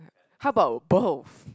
how about both